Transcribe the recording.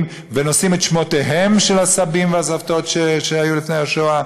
ונושאים את שמותיהם של הסבים והסבתות שהיו לפני השואה.